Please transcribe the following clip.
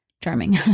charming